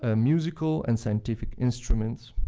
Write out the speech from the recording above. ah musical and scientific instruments,